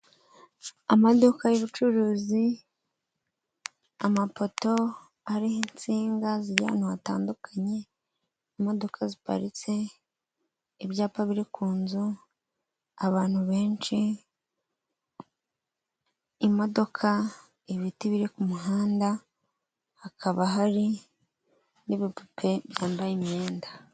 Amaduka y'ubucuruzi, amapoto ariho insinga zijya ahantu hatandukanye, imodoka ziparitse, ibyapa biri ku nzu, abantu benshi, imodoka, ibiti biri ku muhanda, hakaba hari n'ibipupe byambaye imyenda.